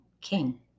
King